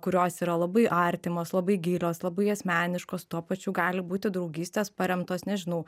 kurios yra labai artimos labai gilios labai asmeniškos tuo pačiu gali būti draugystės paremtos nežinau